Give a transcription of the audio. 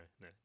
no